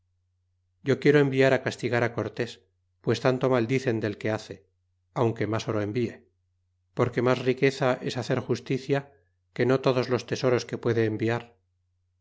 yo quiero enviar á castigará cortés pues tanto mal dicen del que hace aunque mas oro envie porque mas riqueza es hacer justicia que no todos los tesoros que puede enviar